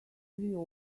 never